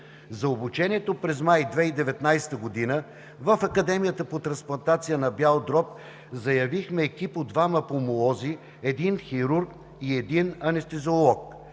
За обучението през май 2019 г. в Академията по трансплантация на бял дроб заявихме екип от двама пулмолози, един хирург и един анестезиолог.